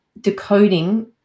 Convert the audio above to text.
decoding